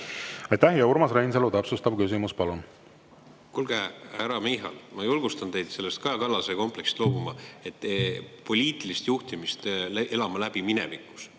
Aitäh! Urmas Reinsalu, täpsustav küsimus, palun! Kuulge, härra Michal, ma julgustan teid sellest Kaja Kallase kompleksist loobuma – poliitilist juhtimist elama läbi minevikus.